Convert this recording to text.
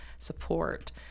support